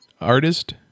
artist